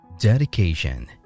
Dedication